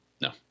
No